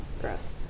Gross